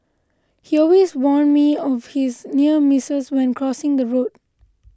he always warn me of his near misses when crossing the road